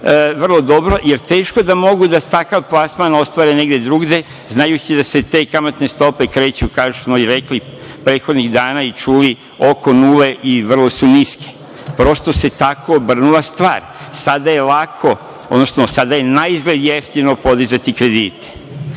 vrlo dobro, jer teško da mogu takav plasman da ostvare negde druge, znajući da se te kamatne stope kreću, kao što smo i rekli prethodnih dana i čuli, oko nule i vrlo su niske. Prosto se tako obrnula stvar. Sada je lako, odnosno sada je na izgled jeftino podizati kredite,